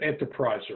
enterpriser